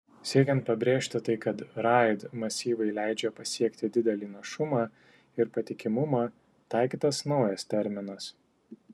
siekiant pabrėžti tai kad raid masyvai leidžia pasiekti didelį našumą ir patikimumą taikytas naujas terminas